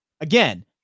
again